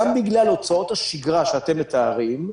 גם בגלל הוצאות השגרה שאתם מתארים,